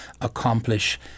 accomplish